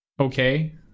okay